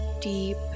deep